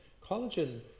collagen